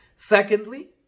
secondly